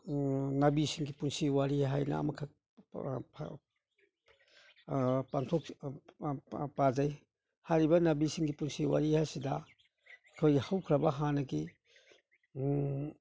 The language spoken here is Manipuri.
ꯅꯥꯕꯤꯁꯤꯡꯒꯤ ꯄꯨꯟꯁꯤ ꯋꯥꯔꯤ ꯍꯥꯏꯅ ꯑꯃꯈꯛ ꯄꯥꯖꯩ ꯍꯥꯏꯔꯤꯕ ꯅꯥꯕꯤꯁꯤꯡꯒꯤ ꯄꯨꯟꯁꯤ ꯋꯥꯔꯤ ꯍꯥꯏꯕꯁꯤꯗ ꯑꯩꯈꯣꯏꯒꯤ ꯍꯧꯈ꯭ꯔꯕ ꯍꯥꯟꯅꯒꯤ